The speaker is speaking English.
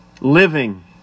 living